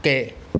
okay